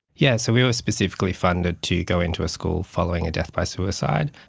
yes, so we were specifically funded to go into a school following a death by suicide.